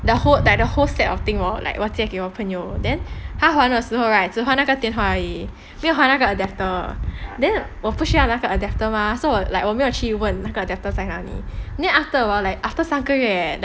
the whole like the whole set of thing right 我借给我的朋友 then 他换的时候只还拿个电话而已没有还那个 adapter then 我不需要那个 adapter mah so like 我有去问那个 adapter 在哪里 the after awhile after 三个月